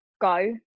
go